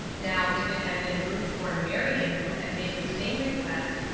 now if it had been ruth or marion who had made the same request,